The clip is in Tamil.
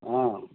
ஆ